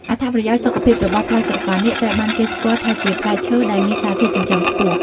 អត្ថប្រយោជន៍សុខភាពរបស់ ផ្លែស្រកានាគត្រូវបានគេស្គាល់ថាជាផ្លែឈើដែលមានសារធាតុចិញ្ចឹមខ្ពស់។